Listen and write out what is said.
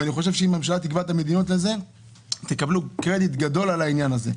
אני חושב שאם הממשלה תקבע את המדיניות תקבלו קרדיט גדול על העניין הזה.